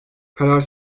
karar